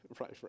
Right